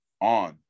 on